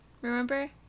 remember